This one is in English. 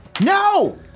No